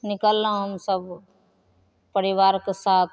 निकललहुँ हमसभ परिवारके साथ